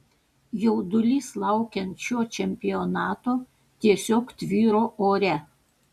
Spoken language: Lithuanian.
jaudulys laukiant šio čempionato tiesiog tvyro ore